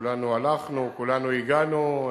כולנו הלכנו,